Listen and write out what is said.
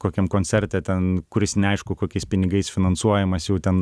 kokiam koncerte ten kuris neaišku kokiais pinigais finansuojamas jau ten